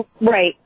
Right